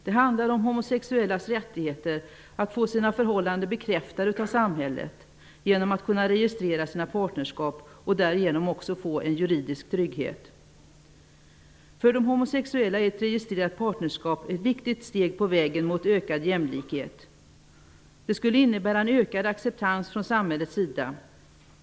Det handlar om homosexuellas rättigheter att få sina förhållanden bekräftade av samhället genom att kunna registrera sina partnerskap och därigenom också få en juridisk trygghet. För de homosexuella är registrerat parnerskap ett viktigt steg på vägen mot ökad jämlikhet. Det skulle innebära en ökad acceptans från samhällets sida.